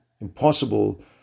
impossible